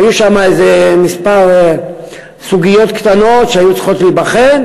היו שם כמה סוגיות קטנות שהיו צריכות להיבחן,